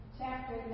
chapter